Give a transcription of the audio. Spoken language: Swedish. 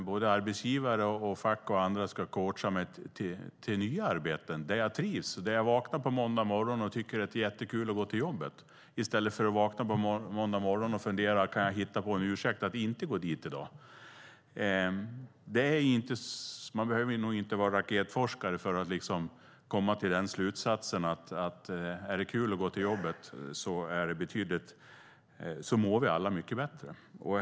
Både arbetsgivare, fack och andra ska coacha mig, om jag inte trivs på jobbet, till nya arbeten där jag trivs så att när jag vaknar på måndag morgon tycker jag att det är jättekul att gå till jobbet i stället för att vakna på måndag morgon och fundera: Kan jag hitta på en ursäkt för att inte gå dit i dag? Man behöver inte vara raketforskare för att komma till den slutsatsen att om jag tycker att det är kul att gå till jobbet mår jag mycket bättre.